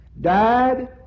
died